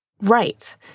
Right